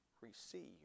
receive